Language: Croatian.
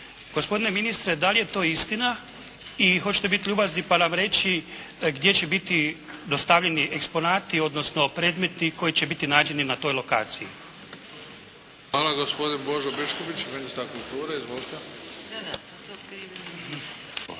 Gospodine ministre da li je to istina? I hoćete li biti ljubazni pa nam reći gdje će biti dostavljeni eksponati, odnosno predmeti koji će biti nađeni na toj lokaciji. **Bebić, Luka (HDZ)** Hvala. Gospodin Božo Biškupić, ministar kulture. Izvolite. **Biškupić, Božo